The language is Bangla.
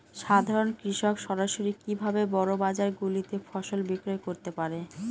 সাধারন কৃষক সরাসরি কি ভাবে বড় বাজার গুলিতে ফসল বিক্রয় করতে পারে?